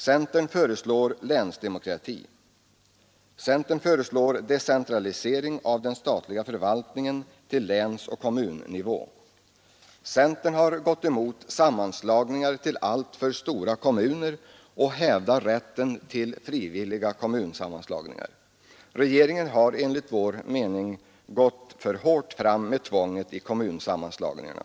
Centern föreslår länsdemokrati. Centern föreslår decentralisering av den statliga förvaltningen till länsoch kommunnivå. Centern har gått emot sammanslagningar till alltför stora kommuner och hävdar rätten till frivilliga kommunsammanslagningar. Regeringen har, enligt vår mening, gått för hårt fram med tvånget i kommunsammanslagningarna.